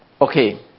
Okay